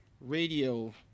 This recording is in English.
Radio